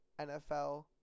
NFL